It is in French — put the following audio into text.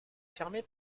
fermé